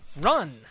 Run